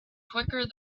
quicker